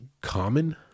common